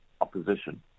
opposition